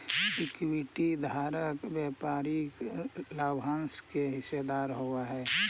equity धारक व्यापारिक लाभांश के हिस्सेदार होवऽ हइ